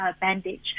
bandage